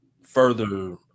further